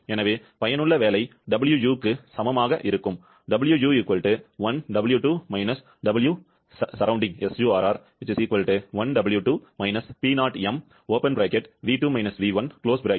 எனவே பயனுள்ள வேலை Wu க்கு சமமாக இருக்கும் Wu 1W2 − Wsurr 1W2 − P0 m v2 − v1 5